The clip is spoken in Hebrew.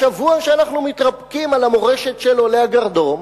בשבוע שבו אנחנו מתרפקים על המורשת של עולי הגרדום,